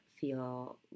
feel